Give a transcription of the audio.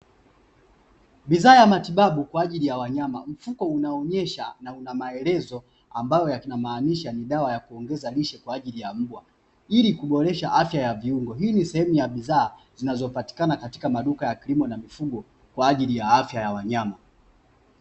Bidhaa ya matibabu Kwa ajili ya wanyama. Mfuko unaonyesha na unamaelezo ambayo yanamaanisha ni dawa ya kuongeza lishe Kwa ajili ya mbwa, ili kuboresha afya ya viungo hii ni sehemu ya bidhaa zinazopatikana katika maduka ya kilimo na mifugo Kwa ajili ya afya ya wanyama.